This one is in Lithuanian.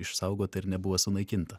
išsaugota ir nebuvo sunaikinta